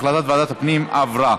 החלטת ועדת הפנים עברה